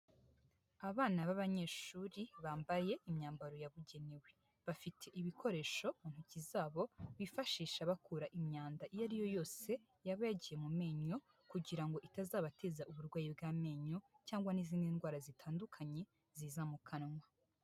Abana b'abanyeshuri bambaye imyambaro yabugenewe. Bafite ibikoresho mu intoki zabo, bifashisha bakura imyanda iyo ari yo yose yaba yagiye mu menyo kugira ngo itazabateza uburwayi bw'amenyo cyangwa n'izindi ndwara zitandukanye ziza mu kanwa.